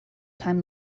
time